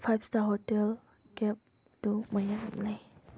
five star hotel ꯀꯦꯞꯇꯣ ꯃꯌꯥꯝ ꯂꯩ